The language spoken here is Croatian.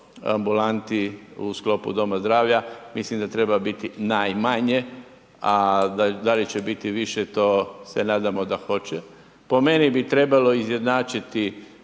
ambulanti u sklopu doma zdravlja. Mislim da treba biti najmanje, a da li će biti više, to nadamo se da hoće. Po meni bi trebalo izjednačiti